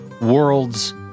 worlds